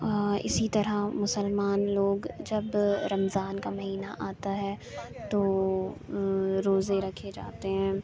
اسی طرح مسلمان لوگ جب رمضان کا مہینہ آتا ہے تو روزے رکھے جاتے ہیں